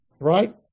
right